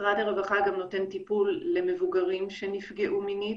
משרד הרווחה גם נותן טיפול למבוגרים שנפגעו מינית,